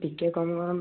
ଟିକିଏ କମ୍ କରନ୍ତୁ